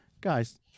Guys